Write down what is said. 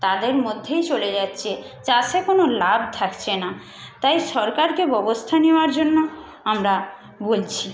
তাদের মধ্যেই চলে যাচ্ছে চাষে কোনো লাভ থাকছে না তাই সরকারকে ব্যবস্থা নেওয়ার জন্য আমরা বলছি